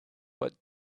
but